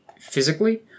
physically